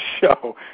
show